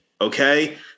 Okay